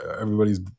everybody's